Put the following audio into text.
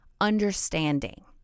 understanding